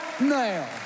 now